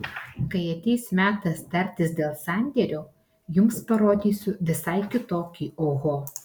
kai ateis metas tartis dėl sandėrio jums parodysiu visai kitokį oho